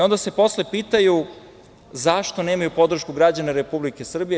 Onda se posle pitaju, zašto nemaju podršku građana Republike Srbije?